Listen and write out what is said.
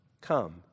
come